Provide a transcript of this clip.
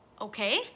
Okay